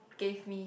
gave me